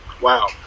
Wow